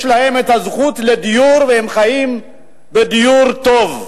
יש להם הזכות לדיור והם חיים בדיור טוב?